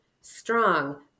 strong